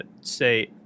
say